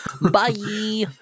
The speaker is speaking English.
Bye